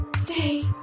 Stay